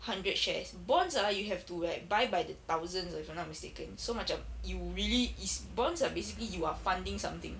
hundred shares bonds ah you have to like buy by the thousands ah if I'm not mistaken so macam you really is bonds are basically you are funding something